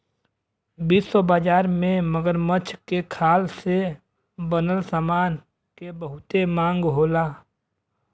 विश्व बाजार में मगरमच्छ के खाल से बनल समान के बहुत मांग होला